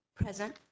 Present